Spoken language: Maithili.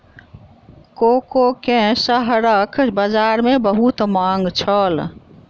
कोको के शहरक बजार में बहुत मांग छल